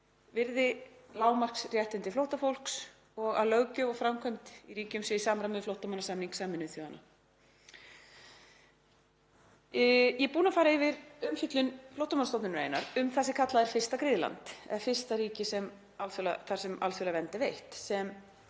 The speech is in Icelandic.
virði lágmarksréttindi flóttafólks og að löggjöf og framkvæmd í ríkjum séu í samræmi við flóttamannasamning Sameinuðu þjóðanna. Ég er búin að fara yfir umfjöllun Flóttamannastofnunar um það sem kallað er fyrsta griðland eða fyrsta ríkið þar sem alþjóðleg vernd er veitt, sem